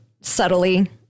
subtly